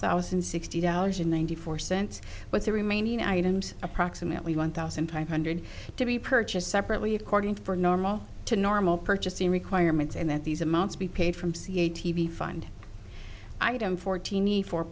thousand sixty dollars in ninety four cents but the remaining items approximately one thousand five hundred to be purchased separately according for normal to normal purchasing requirements and that these amounts be paid from ca t v find item fortini four